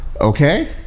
okay